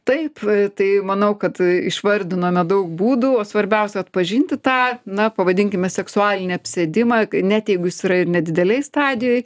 taip tai manau kad išvardinome daug būdų o svarbiausia atpažinti tą na pavadinkime seksualinį apsėdimą net jeigu jis yra ir nedidelėj stadijoj